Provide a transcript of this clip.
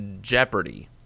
Jeopardy